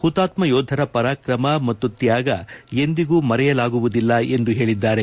ಪುತಾತ್ನ ಯೋಧರ ಪರಾಕ್ರಮ ಮತ್ತು ತ್ನಾಗ ಎಂದಿಗೂ ಮರೆಯಲಾಗುವುದಿಲ್ಲ ಎಂದು ಹೇಳಿದ್ದಾರೆ